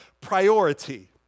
priority